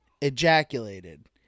ejaculated